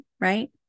right